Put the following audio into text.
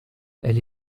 elle